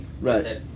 right